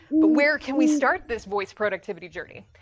but where can we start this voice productivity journey?